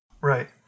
Right